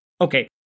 Okay